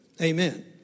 Amen